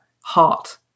heart